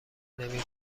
نمی